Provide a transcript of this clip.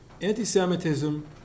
anti-Semitism